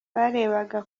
barebaga